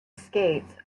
skates